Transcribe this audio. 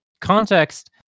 context